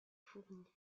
fournis